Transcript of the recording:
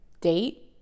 date